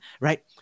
right